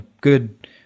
good